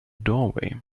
doorway